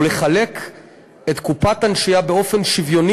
ולחלק את קופת הנשייה באופן שוויוני